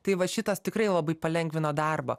tai va šitas tikrai labai palengvino darbą